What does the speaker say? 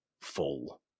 full